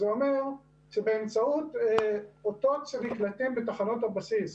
זה אומר שבאמצעות אותות שנקלטים בתחנות הבסיס,